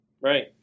Right